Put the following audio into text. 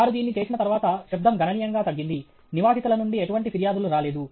వారు దీన్ని చేసిన తర్వాత శబ్దం గణనీయంగా తగ్గింది నివాసితుల నుండి ఎటువంటి ఫిర్యాదులు రాలేదు